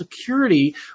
security